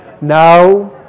now